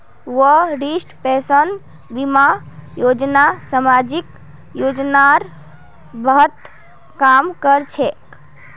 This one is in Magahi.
वरिष्ठ पेंशन बीमा योजना सामाजिक योजनार तहत काम कर छेक